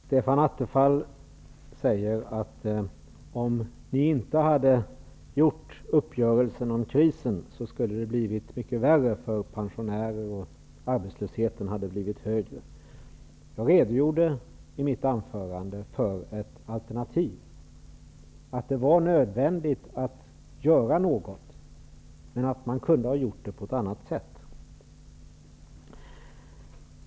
Herr talman! Stefan Attefall säger att det om man inte hade gjort uppgörelsen om krisen, skulle ha blivit mycket värre för pensionärer och arbetslösheten hade blivit högre. Jag redogjorde i mitt anförande för ett alternativ, sade att det var nödvändigt att göra någonting men att man kunde ha gjort det på ett annat sätt.